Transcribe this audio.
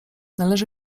należy